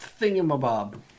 thingamabob